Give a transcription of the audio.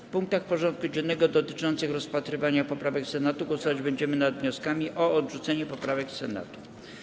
W punktach porządku dziennego dotyczących rozpatrywania poprawek Senatu głosować będziemy nad wnioskami o odrzucenie poprawek Senatu.